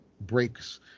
breaks